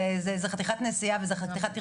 זאת חתיכת נסיעה וזה חתיכת טרטור.